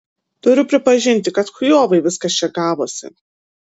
turiu pripažinti kad chujovai viskas čia gavosi